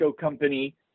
company